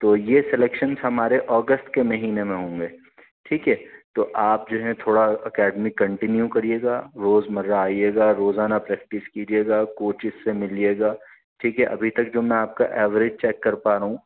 تو یہ سلیکشنس ہمارے اگست کے مہینے میں ہوں گے ٹھیک ہے تو آپ جو ہے تھوڑا اکیڈمی کنٹینیو کریے گا روز مرہ آئیے گا روزانہ پریکٹس کیجیے گا کوچز سے ملیے گا ٹھیک ہے ابھی تک جو میں آپ کا ایوریج چیک کر پا رہا ہوں